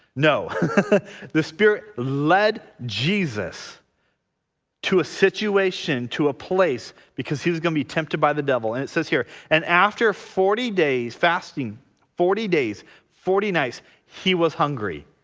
no the spirit led jesus to a situation to a place because he was going to be tempted by the devil and it says here and after forty days fasting forty days forty nights he was hungry.